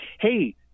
hey –